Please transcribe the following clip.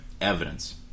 evidence